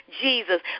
Jesus